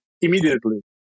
immediately